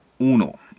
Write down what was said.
Uno